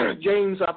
James